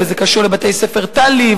וזה קשור לבתי-ספר תל"י,